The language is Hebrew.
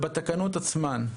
בתקנות עצמן,